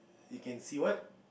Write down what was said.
you can see what